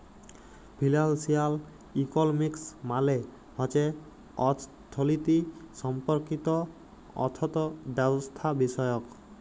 financial economics মালে হছে অথ্থলিতি সম্পর্কিত অথ্থব্যবস্থাবিষয়ক